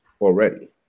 already